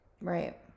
Right